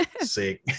Sick